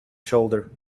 shoulder